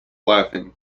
laughing